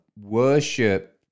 worship